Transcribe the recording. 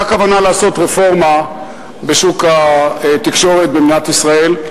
היתה כוונה לעשות רפורמה בשוק התקשורת במדינת ישראל.